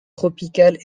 tropicales